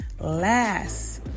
last